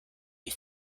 you